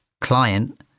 client